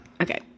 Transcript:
Okay